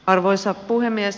arvoisa puhemies